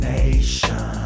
Nation